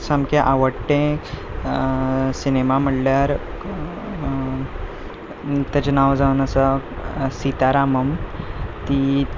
सामकें आवडटें सिनेमा म्हणल्यार ताचें नांव जावन आसा सितारामम ती